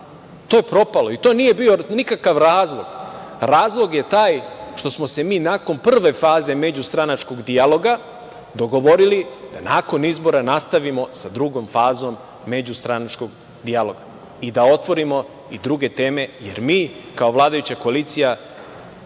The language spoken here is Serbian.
To je propalo. I to nije bio nikakav razlog. Razlog je taj što smo se mi nakon prve faze međustranačkog dijaloga dogovorili da nakon izbora nastavimo sa drugom fazom međustranačkog dijaloga i da otvorimo i druge teme, jer mi kao vladajuća koalicija